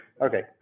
okay